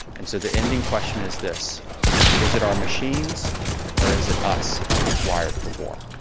and so the ending question is this is it our machines or is it us that's wired for war?